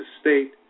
state